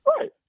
right